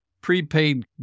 prepaid